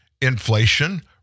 inflation